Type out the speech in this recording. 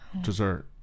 dessert